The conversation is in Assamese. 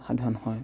সাধন হয়